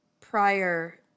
Prior